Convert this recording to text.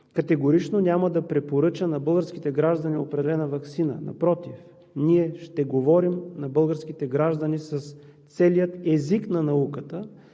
категорично няма да препоръча на българските граждани определена ваксина. Напротив, ние ще говорим на българските граждани с целия език на науката,